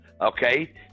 Okay